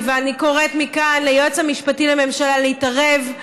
ואני קוראת מכאן ליועץ המשפטי לממשלה להתערב,